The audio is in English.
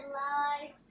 life